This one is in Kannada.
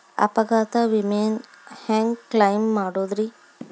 ಅಪಘಾತ ವಿಮೆನ ಹ್ಯಾಂಗ್ ಕ್ಲೈಂ ಮಾಡೋದ್ರಿ?